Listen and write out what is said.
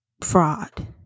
fraud